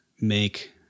make